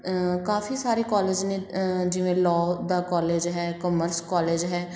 ਕਾਫੀ ਸਾਰੇ ਕੋਲਜ ਨੇ ਜਿਵੇਂ ਲੋਅ ਦਾ ਕੋਲਜ ਹੈ ਕਾਮਰਸ ਕੋਲਜ ਹੈ